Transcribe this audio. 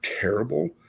terrible